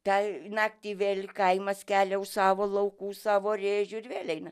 tą naktį vėl kaimas kelia savo už laukų savo rėžių ir vėl eina